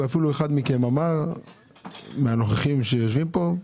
ואפילו אחד מכם אמר מהנוכחים שיושבים פה,